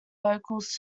vocals